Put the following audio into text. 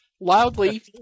Loudly